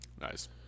nice